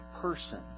person